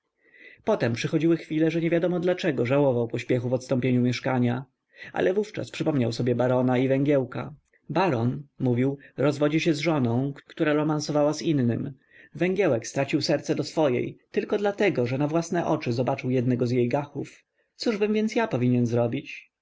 potem przychodziły chwile że niewiadomo dlaczego żałował pośpiechu w odstąpieniu mieszkania ale wówczas przypomiał sobie barona i węgiełka baron mówił rozwodzi się z żoną która romansowała z innym węgiełek stracił serce do swojej dlatego tylko że na własne oczy zobaczył jednego z jej gachów cóżbym więc ja powinien zrobić